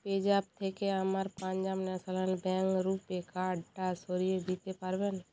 PayZapp থেকে আমার Punjab National Bank RuPay কার্ডটা সরিয়ে দিতে পারবেন